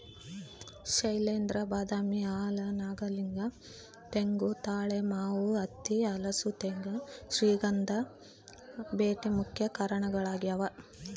ಶೈಲೇಂದ್ರ ಬಾದಾಮಿ ಆಲ ನಾಗಲಿಂಗ ತೆಂಗು ತಾಳೆ ಮಾವು ಹತ್ತಿ ಹಲಸು ತೇಗ ಶ್ರೀಗಂಧ ಬೀಟೆ ಮುಖ್ಯ ಮರಗಳಾಗ್ಯಾವ